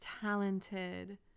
talented